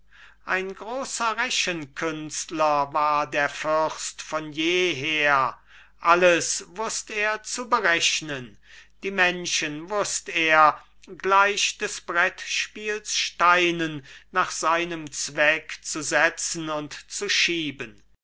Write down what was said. ein großer rechenkünstler war der fürst von jeher alles wußt er zu berechnen die menschen wußt er gleich des brettspiels steinen nach seinem zweck zu setzen und zu schieben